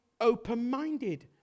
open-minded